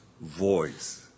voice